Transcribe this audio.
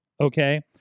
Okay